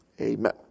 amen